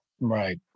Right